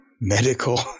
medical